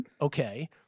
Okay